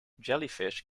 jellyfish